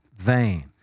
vain